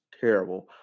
terrible